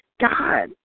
God